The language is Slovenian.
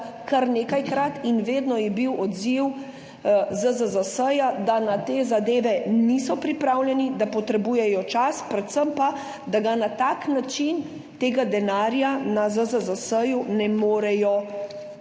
kar nekajkrat in vedno je bil odziv ZZZS, da na te zadeve niso pripravljeni, da potrebujejo čas, predvsem pa, da na tak način tega denarja na ZZZS ju ne morejo